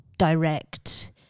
Direct